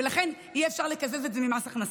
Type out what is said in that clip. ולכן אי-אפשר לקזז את זה ממס הכנסה.